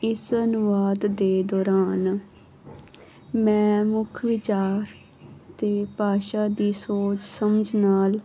ਇਸ ਅਨੁਵਾਦ ਦੇ ਦੌਰਾਨ ਮੈਂ ਮੁੱਖ ਵਿਚਾਰ ਅਤੇ ਭਾਸ਼ਾ ਦੀ ਸੋਚ ਸਮਝ ਨਾਲ